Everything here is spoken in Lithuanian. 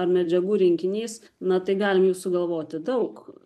ar medžiagų rinkinys na tai galim jų sugalvoti daug